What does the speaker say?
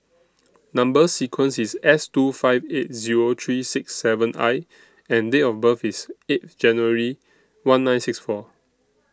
Number sequence IS S two five eight Zero three six seven I and Date of birth IS eighth January one nine six four